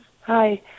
Hi